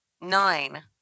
nine